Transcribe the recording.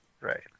Right